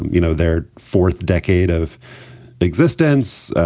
you know, their fourth decade of existence.